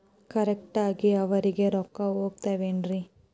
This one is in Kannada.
ಕರೆಕ್ಟ್ ಆಗಿ ಅವರಿಗೆ ರೊಕ್ಕ ಹೋಗ್ತಾವೇನ್ರಿ?